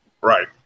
Right